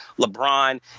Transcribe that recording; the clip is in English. LeBron